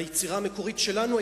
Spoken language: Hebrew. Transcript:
היצירה המקורית שלנו,